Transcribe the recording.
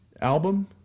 album